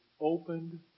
opened